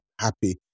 happy